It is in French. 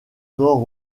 nord